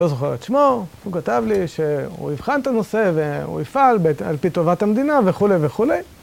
לא זוכר את שמו, הוא כתב לי שהוא יבחן את הנושא והוא יפעל על פי טובת המדינה וכולי וכולי.